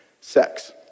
sex